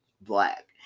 black